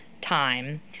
time